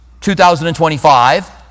2025